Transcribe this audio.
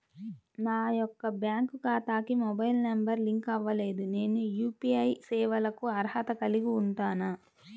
నా యొక్క బ్యాంక్ ఖాతాకి మొబైల్ నంబర్ లింక్ అవ్వలేదు నేను యూ.పీ.ఐ సేవలకు అర్హత కలిగి ఉంటానా?